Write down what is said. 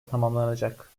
tamamlanacak